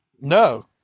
No